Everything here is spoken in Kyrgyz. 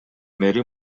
мэри